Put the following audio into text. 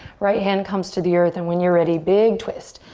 right hand comes to the earth and when you're ready, big twist.